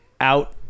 out